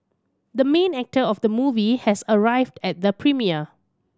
the main actor of the movie has arrived at the premiere